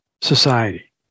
society